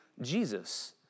Jesus